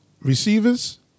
receivers